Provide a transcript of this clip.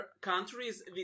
countries